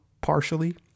partially